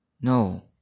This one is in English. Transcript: No